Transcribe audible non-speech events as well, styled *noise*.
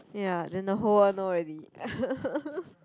ya then the whole world know already *laughs*